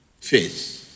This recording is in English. faith